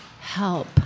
help